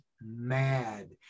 mad